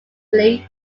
fleet